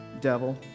devil